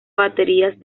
baterías